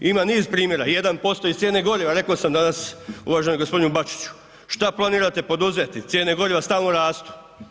Ima niza primjera, jedan postoji cijene goriva, rekao sam danas uvaženom gospodinu Bačiću, šta planirate poduzeti, cijene goriva stalno rastu.